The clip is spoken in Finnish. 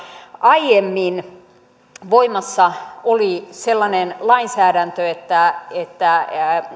aiemmin voimassa oli sellainen lainsäädäntö että että